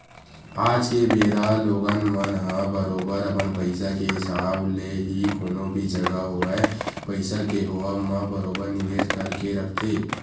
आज के बेरा लोगन मन ह बरोबर अपन पइसा के हिसाब ले ही कोनो भी जघा होवय पइसा के होवब म बरोबर निवेस करके रखथे